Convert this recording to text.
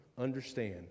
understand